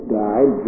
died